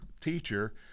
teacher